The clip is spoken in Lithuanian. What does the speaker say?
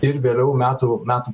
ir vėliau metų metų